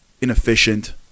inefficient